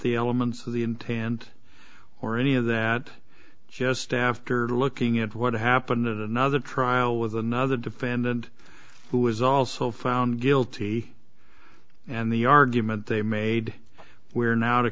the elements of the intent or any of that just after looking at what happened at another trial with another defendant who was also found guilty and the argument they made where now to